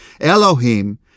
Elohim